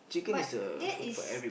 but that is